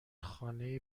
خانه